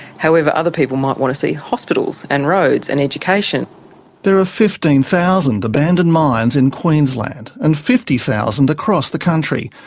however, other people might want to see hospitals and roads and educationian townsend there are fifteen thousand abandoned mines in queensland and fifty thousand across the country.